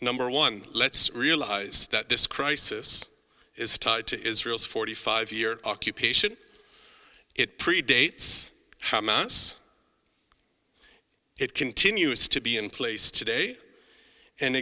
number one let's realize that this crisis is tied to israel's forty five year occupation it predates how mouse it continues to be in place today and